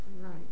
Right